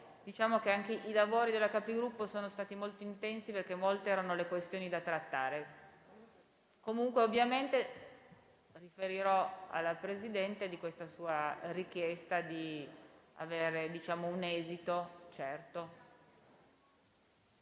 della Conferenza dei Capigruppo sono stati molto intensi, perché molte erano le questioni da trattare. Ovviamente, riferirò alla Presidente questa sua richiesta di avere un esito certo.